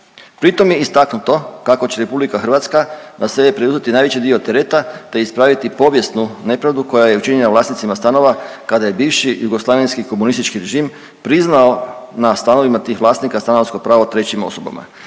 Pritom je istaknuto kako će RH na sebe preuzeti najveći dio tereta, te ispraviti povijesnu nepravdu koja je učinjena vlasnicima stanova kada je bivši jugoslavenski komunistički režim priznao na stanovima tih vlasnika stanarsko pravo trećim osobama.